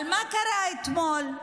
אבל מה קרה אתמול?